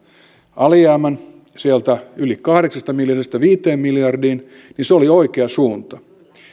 alijäämän sieltä yli kahdeksasta miljardista viiteen miljardiin niin se oli oikea suunta